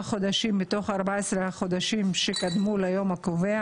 חודשים מתוך 14 החודשים שקדמו ליום הקובע,